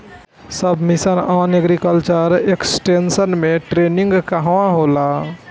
सब मिशन आन agriculture extension मै टेरेनीं कहवा कहा होला?